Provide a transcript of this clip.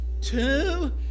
two